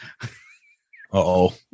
Uh-oh